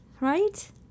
Right